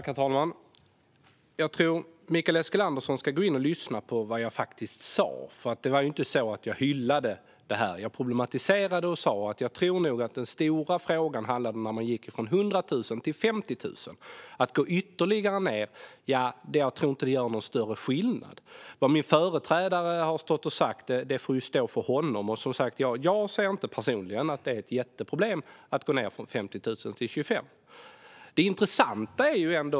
Herr talman! Jag tror att Mikael Eskilandersson ska gå in och lyssna på vad jag faktiskt sa. Jag hyllade det inte, utan jag problematiserade och sa att den stora frågan var när man gick från 100 000 till 50 000 och att det inte gör någon större skillnad att gå ned ytterligare. Vad min företrädare har sagt får stå för honom. Personligen ser jag det inte som ett jätteproblem att gå ned från 50 000 till 25 000.